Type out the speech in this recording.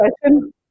question